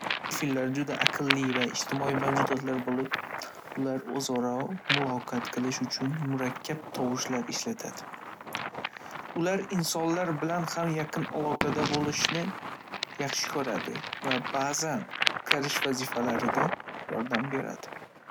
Delfinlar juda aqlli va ijtimoiy mavjudotlar bo‘lib, ular o‘zaro muloqot qilish uchun murakkab tovushlar ishlatadi. Ular insonlar bilan ham yaqin aloqada bo‘lishni yaxshi ko‘radi va ba'zan qutqarish vazifalarida yordam beradi.